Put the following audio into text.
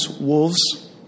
wolves